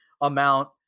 amount